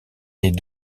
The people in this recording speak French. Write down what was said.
est